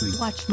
Watch